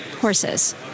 horses